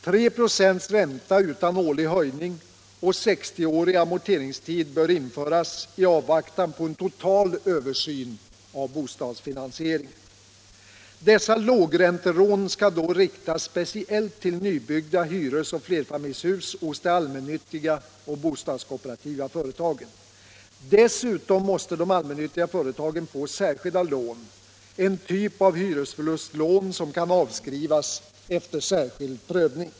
3 26 ränta utan årlig höjning och 60 års amorteringstid bör införas i avvaktan på en total översyn av bostadsfinansieringen. Dessa lågräntelån skall då riktas speciellt till nybyggda hyres-och flerfamiljshus hos de allmännyttiga och bostadskooperativa företagen. Dessutom måste de allmännyttiga företagen få särskilda lån, en typ av hyresförlustlån som kan avskrivas efter särskild prövning.